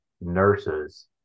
nurses